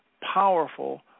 powerful